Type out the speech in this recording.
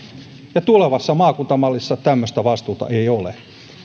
ja tulevassa maakuntamallissa tämmöistä vastuuta ei ole